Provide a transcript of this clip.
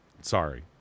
Sorry